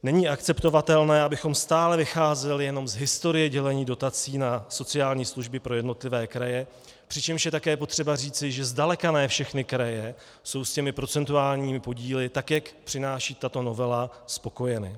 Není akceptovatelné, abychom stále vycházeli jenom z historie dělení dotací na sociální služby pro jednotlivé kraje, přičemž je také potřeba říci, že zdaleka ne všechny kraje jsou s procentuálními podíly, tak jak je přináší tato novela, spokojeny.